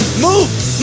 Move